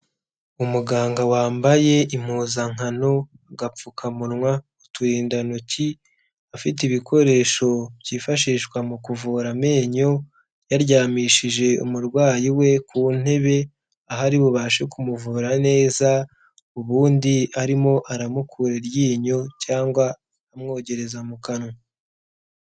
Umuganga wambaye impuzankano, agapfukamunwa, uturindantoki, ufite ibikoresho byifashishwa mu kuvura amenyo. Yaryamishije umurwayi we ku ntebe, aho ari bubashe kumuvura neza. Ubundi arimo aramukura iryinyo cyangwa amwogereza mu kanwa.